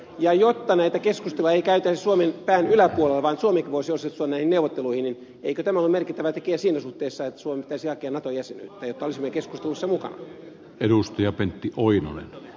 ja jotta näitä keskusteluja ei käytäisi suomen pään yläpuolella vaan suomikin voisi osallistua näihin neuvotteluihin niin eikö tämä ole merkittävä tekijä siinä suhteessa että suomen pitäisi hakea naton jäsenyyttä jotta olisimme keskusteluissa mukana